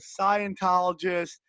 Scientologist